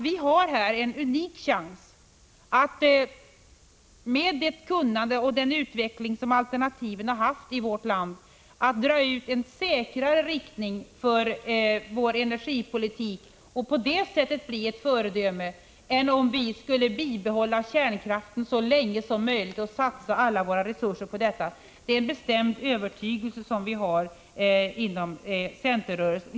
Vi har här en unik chans, med det kunnande som vuxit fram och den utveckling som alternativen har genomgått i vårt land, att dra ut en säkrare riktning för vår energipolitik, och på det sättet bli ett föredöme, än om vi skulle satsa alla våra resurser på att behålla kärnkraften så länge som möjligt. Det är en bestämd övertygelse hos oss inom centerrörelsen.